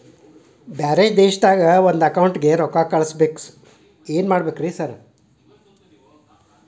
ಬ್ಯಾರೆ ದೇಶದಾಗ ಒಂದ್ ಅಕೌಂಟ್ ಗೆ ರೊಕ್ಕಾ ಕಳ್ಸ್ ಬೇಕು ಏನ್ ಮಾಡ್ಬೇಕ್ರಿ ಸರ್?